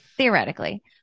Theoretically